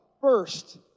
first